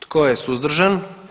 Tko je suzdržan?